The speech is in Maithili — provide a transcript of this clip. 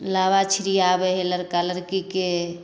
लाबा छिड़ीयाबै हइ लड़का लड़कीके